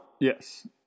Yes